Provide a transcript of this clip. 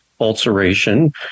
ulceration